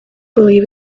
believe